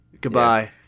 Goodbye